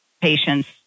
patients